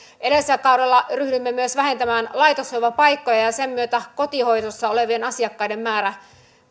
edellisellä kaudella ryhdyimme myös vähentämään laitoshoivapaikkoja ja ja sen myötä kotihoidossa olevien asiakkaiden määrä